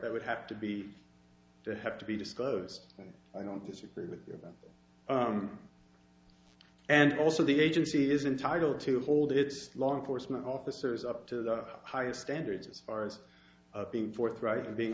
that would have to be to have to be disclosed and i don't disagree with you about and also the agency is entitle to hold its law enforcement officers up to the highest standards as far as being forthright and being